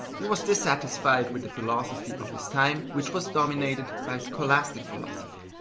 he was dissatisfied with the philosophy of his time, which was dominated by scholastic philosophy.